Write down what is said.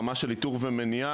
רמה של איתור ומניעה,